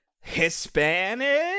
Hispanic